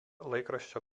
laikraščio